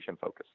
focus